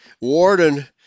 warden